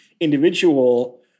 individual